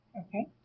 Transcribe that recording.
okay